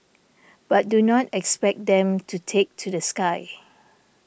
but do not expect them to take to the sky